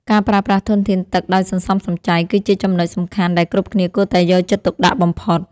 ការប្រើប្រាស់ធនធានទឹកដោយសន្សំសំចៃ គឺជាចំណុចសំខាន់ដែលគ្រប់គ្នាគួរតែយកចិត្តទុកដាក់បំផុត។